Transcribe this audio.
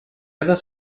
other